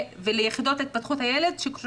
אם היו מסוגלים לתת את השירות,